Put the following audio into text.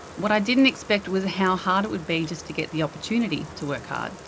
what i didn't expect was how hard it would be just to get the opportunity to work hard,